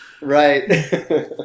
Right